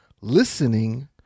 listening